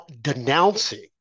denouncing